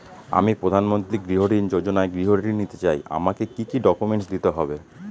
আমি প্রধানমন্ত্রী গৃহ ঋণ যোজনায় গৃহ ঋণ নিতে চাই আমাকে কি কি ডকুমেন্টস দিতে হবে?